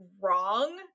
wrong